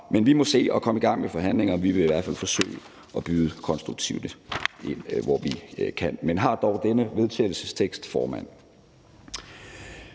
men vi må se at komme i gang med forhandlingerne. Vi vil i hvert fald forsøge at byde konstruktivt ind, hvor vi kan. Men vi har dog denne vedtagelsestekst, formand,